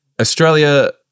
Australia